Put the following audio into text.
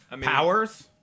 Powers